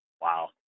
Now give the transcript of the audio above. Wow